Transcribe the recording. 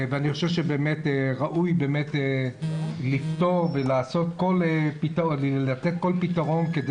ואני חושב שבאמת ראוי לתת כל פתרון כדי